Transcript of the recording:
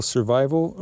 Survival